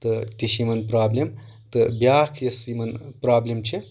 تہٕ تہِ چھِ یِمن پرابلِم تہٕ بیٛاکھ یۄس یِمن پرابلِم چھِ